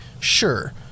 Sure